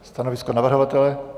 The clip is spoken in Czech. Stanovisko navrhovatele?